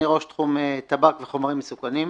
אני ראש תחום טב"ק וחומרים מסוכנים.